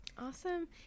awesome